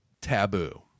taboo